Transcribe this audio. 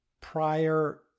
Prior